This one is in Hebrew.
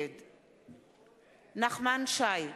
נגד נחמן שי,